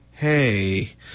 hey